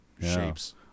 shapes